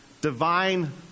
divine